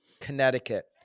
Connecticut